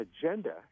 agenda